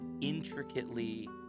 intricately